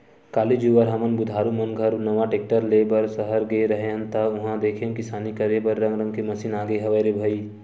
काली जुवर हमन बुधारु मन घर बर नवा टेक्टर ले बर सहर गे रेहे हन ता उहां देखेन किसानी करे बर रंग रंग के मसीन आगे हवय रे भई